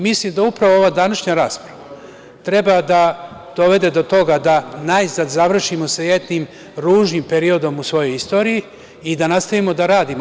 Mislim da upravo ova današnja rasprava treba da dovede do toga da najzad završimo sa jednim ružnim periodom u svojoj istoriji i da nastavimo da radimo.